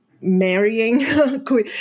marrying